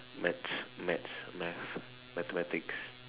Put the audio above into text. maths maths maths mathematics